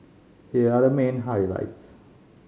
here are the main highlights